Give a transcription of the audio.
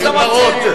זה לא נכון.